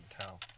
tell